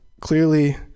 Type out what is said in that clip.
clearly